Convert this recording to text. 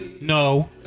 no